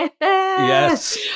yes